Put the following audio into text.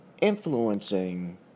influencing